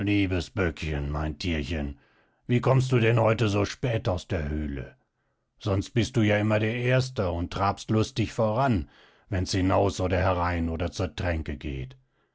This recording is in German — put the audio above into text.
mein tierchen wie kommst du denn heute so spät aus der höhle sonst bist du ja immer der erste und trabst lustig voran wenn's hinaus oder herein oder zur tränke geht